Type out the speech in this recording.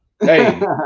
hey